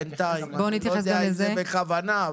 אני לא יודע אם זה בכוונה.